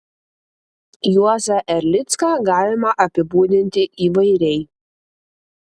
juozą erlicką galima apibūdinti įvairiai